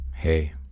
Hey